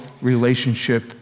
relationship